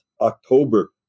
October